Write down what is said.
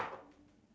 the